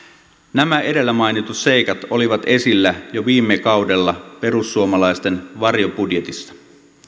nämä edellä mainitut seikat olivat esillä jo viime kaudella perussuomalaisten varjobudjetissa